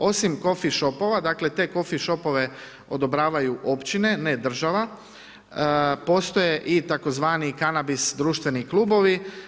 Osim coffee shopova, dakle te coffee shopove odobravaju općine, ne država, postoje i tzv. kanabis društveni klubovi.